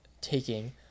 taking